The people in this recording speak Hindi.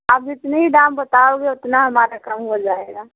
आप इतना दाम बताओगे उतना हमारा कम हो जाएगा